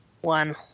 one